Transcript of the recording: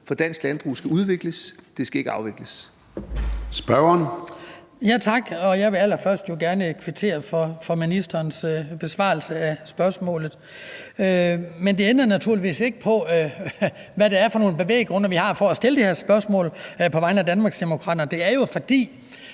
For dansk landbrug skal udvikles; det skal ikke afvikles.